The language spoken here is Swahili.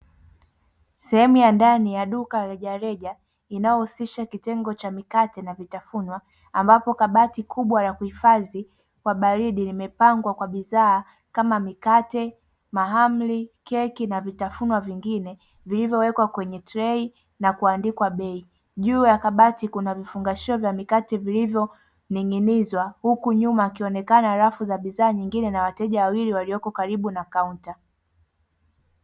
Sehemu ya ndani ya duka rejareja inayohusisha kitengo cha mikate na vitafunwa. Ambapo kabati kubwa ya kuhifadhi kwa baridi limepangwa kwa bidhaa kama mikate, mahamri, keki na vitafunwa vingine vilivyowekwa kwenye trei na kuandikwa bei. Juu ya kabati kuna vifungashio vya mikate vilivyoningzwa, huku nyuma akionekana halafu za bidhaa nyingine na wateja wawili walioko karibu na kaunta.